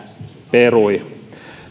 perui